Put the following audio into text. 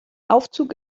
aufzug